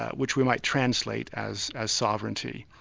ah which we might translate as as sovereignty.